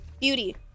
Beauty